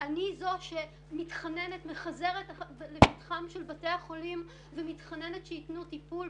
אני זו שמתחננת ומחזרת לפתחם של בתי החולים כדי שייתנו טיפול.